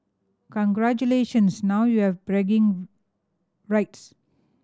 congratulations now you have bragging rights